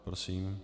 Prosím.